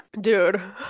dude